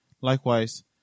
Likewise